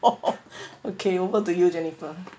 orh orh okay over to you jennifer